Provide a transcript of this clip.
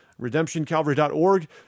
redemptioncalvary.org